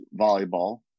volleyball